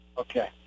Okay